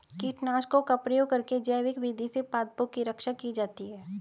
कीटनाशकों का प्रयोग करके जैविक विधि से पादपों की रक्षा की जाती है